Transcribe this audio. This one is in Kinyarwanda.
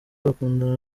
bakundana